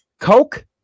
coke